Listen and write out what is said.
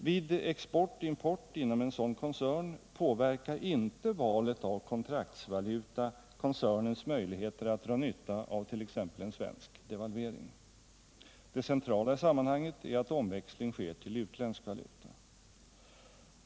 Vid export/import inom en sådan koncern påverkar inte valet av kontraktsvaluta koncernens möjligheter att dra nytta av t.ex. en svensk devalvering. Det centrala i sammanhanget är att omväxling sker till utländsk valuta.